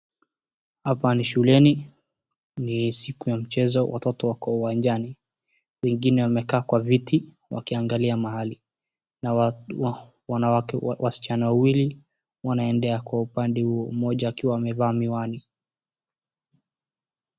Hapa ni shuleni ni siku ya mchezo watoto wako uwanjani, wengine wamekaa kwa viti wakiangalia mahali na wanawake wasichana wawili wanaendea kwa upande huo mmoja akiwa amevaa miwani.